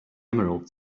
emerald